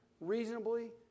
reasonably